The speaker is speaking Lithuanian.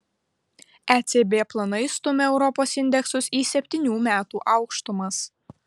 ecb planai stumia europos indeksus į septynių metų aukštumas